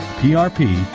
PRP